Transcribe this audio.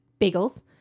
Bagels